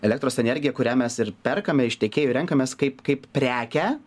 elektros energiją kurią mes ir perkame iš tiekėjų renkamės kaip kaip prekę